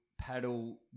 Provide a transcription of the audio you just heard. paddle